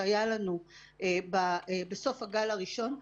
שהיה לנו בסוף הגל הראשון,